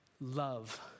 love